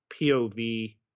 POV